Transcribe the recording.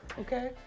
Okay